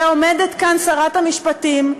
ועומדת כאן שרת המשפטים,